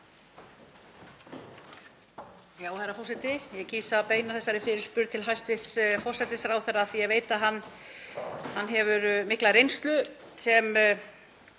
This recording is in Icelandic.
Herra forseti. Ég kýs að beina þessari fyrirspurn til hæstv. forsætisráðherra af því að ég veit að hann hefur mikla reynslu sem